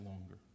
longer